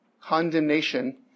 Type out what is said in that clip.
condemnation